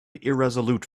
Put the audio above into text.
irresolute